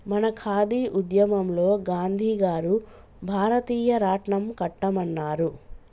మన ఖాదీ ఉద్యమంలో గాంధీ గారు భారతీయ రాట్నం కట్టమన్నారు